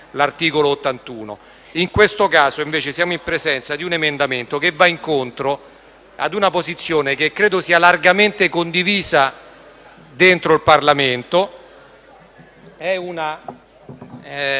Commissione. In questo caso, invece, siamo in presenza di un emendamento che va incontro ad una posizione che credo sia largamente condivisa all'interno del Parlamento. Si